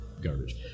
garbage